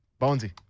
Bonesy